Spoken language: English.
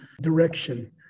direction